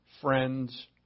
friends